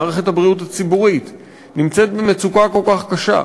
מערכת הבריאות הציבורית נמצאת במצוקה כל כך קשה,